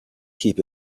keep